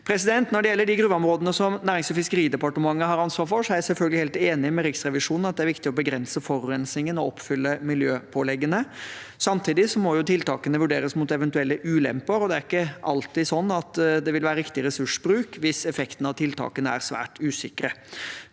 Når det gjelder de gruveområdene som Nærings- og fiskeridepartementet har ansvar for, er jeg selvfølgelig helt enig med Riksrevisjonen i at det er viktig å begrense forurensningen og oppfylle miljøpåleggene. Samtidig må tiltakene vurderes mot eventuelle ulemper, og det er ikke alltid sånn at det vil være riktig ressursbruk hvis effekten av tiltakene er svært usikker.